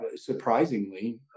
surprisingly